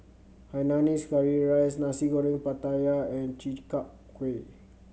Hainanese curry rice Nasi Goreng Pattaya and Chi Kak Kuih